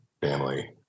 family